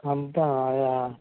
అంత